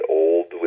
old